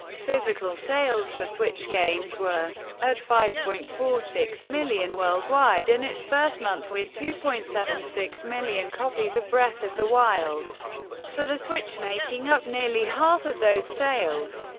physical sales for switch games were at five point four six million worldwide in its first month, with two point seven six million copies of breath of the wild for the switch making up nearly half of those sales.